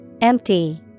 Empty